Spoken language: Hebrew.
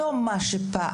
לא מה שפעם.